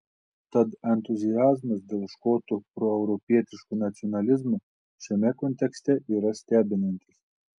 tad entuziazmas dėl škotų proeuropietiško nacionalizmo šiame kontekste yra stebinantis